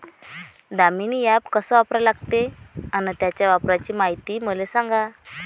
Damini app कस वापरा लागते? अन त्याच्या वापराची मायती मले सांगा